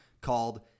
called